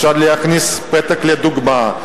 אפשר להכניס פתק לדוגמה,